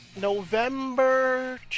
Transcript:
November